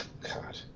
God